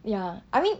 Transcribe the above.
ya I mean